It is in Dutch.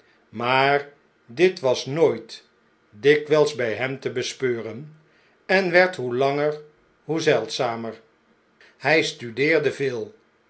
maar dit was nooit dikwjjjs bjj hem te bespeuren en werd hoe langer hoe zeldzamer hg studeerde veel